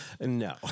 No